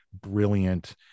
brilliant